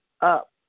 up